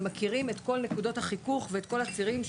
מכירים את כל נקודות החיכוך ואת כל הצירים,